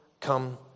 come